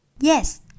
Yes